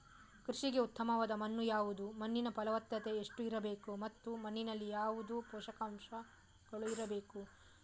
ಕೃಷಿಗೆ ಉತ್ತಮವಾದ ಮಣ್ಣು ಯಾವುದು, ಮಣ್ಣಿನ ಫಲವತ್ತತೆ ಎಷ್ಟು ಇರಬೇಕು ಮತ್ತು ಮಣ್ಣಿನಲ್ಲಿ ಯಾವುದು ಪೋಷಕಾಂಶಗಳು ಇರಬೇಕು?